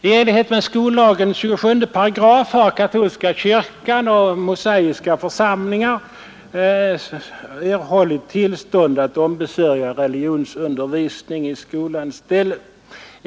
I enlighet med 278 skollagen har katolska kyrkan och mosaiska församlingar erhållit tillstånd att ombesörja religionsundervisning i skolans ställe.